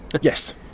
Yes